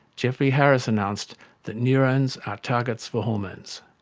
geoffrey harris announced that neurones are targets for hormones.